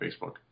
Facebook